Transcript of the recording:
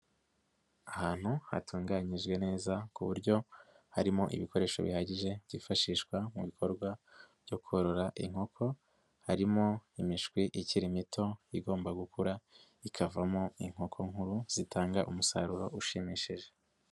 Ahantu hatunganyijwe neza ku buryo harimo ibikoresho bihagije byifashishwa mu bikorwa byo korora inkoko, harimo imishwi ikiri mito igomba gukura, ikavamo inkoko nkuru zitanga umusaruro ushimishije.